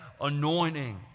anointing